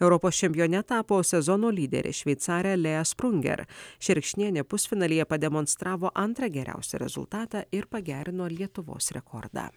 europos čempione tapo sezono lyderė šveicarė lėja sprunger šerkšnienė pusfinalyje pademonstravo antrą geriausią rezultatą ir pagerino lietuvos rekordą